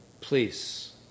Please